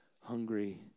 hungry